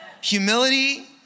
humility